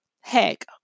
heck